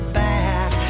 back